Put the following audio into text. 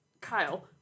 Kyle